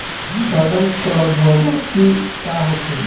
सड़न प्रधौगकी का होखे?